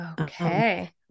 Okay